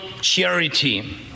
charity